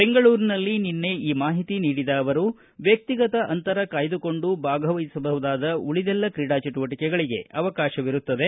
ಬೆಂಗಳೂರಿನಲ್ಲಿ ನಿನ್ನೆ ಈ ಮಾಹಿತಿ ನೀಡಿದ ಅವರು ವ್ಯಕ್ತಿಗತ ಅಂತರ ಕಾಯ್ದುಕೊಂಡು ಭಾಗವಹಿಸಬಹುದಾದ ಉಳಿದೆಲ್ಲ ಕ್ರೀಡಾ ಚಟುವಟಿಕೆಗಳಿಗೆ ಅವಕಾಶವಿರುತ್ತದೆ